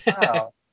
Wow